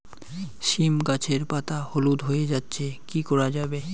সীম গাছের পাতা হলুদ হয়ে যাচ্ছে কি করা যাবে?